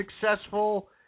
successful